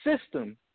system